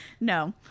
no